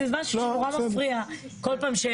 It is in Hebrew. זה משהו נורא מפריע כל פעם.